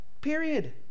Period